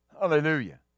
Hallelujah